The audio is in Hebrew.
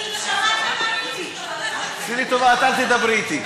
יש לי הצעה להתייעלות.